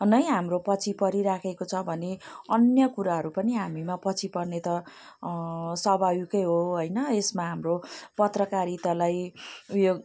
नै हाम्रो पछि परिराखेको छ भने अन्य कुराहरू पनि हामीमा पछि पर्ने त स्वाभाविकै हो हैन यसमा हाम्रो पत्रकारितालाई ऊ यो